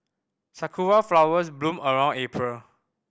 sakura flowers bloom around April